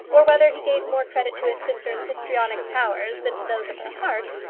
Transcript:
or whether he gave more credit to his sister's histrionic powers than to those of her heart,